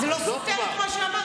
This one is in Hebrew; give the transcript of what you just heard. זה לא סותר את מה שאמרתי.